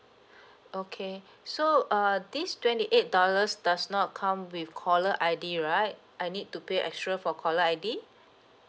okay so uh this twenty eight dollars does not come with caller I_D right I need to pay extra for caller I_D